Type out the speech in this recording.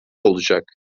olacak